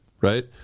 Right